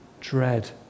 dread